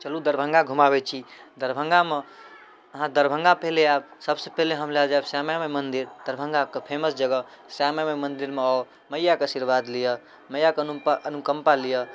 चलू दरभङ्गा घुमाबै छी दरभङ्गामे अहाँ दरभङ्गा पहिले आएब सबसँ पहिले हम लऽ जाएब श्यामा माइ मन्दिर दरभङ्गाके फेमस जगह श्यामा माइ मन्दिरमे आउ मइआके आशीर्वाद लिअऽ मइआके अनुपा अनुकम्पा लिअऽ